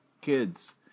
kids